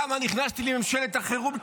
למה נכנסתי לממשלת החירום,